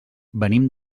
venim